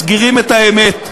מסגירים את האמת.